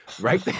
right